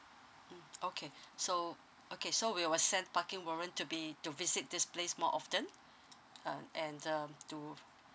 mm okay so okay so we will send parking warrant to be to visit this place more often uh and um to